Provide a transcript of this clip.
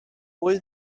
pwy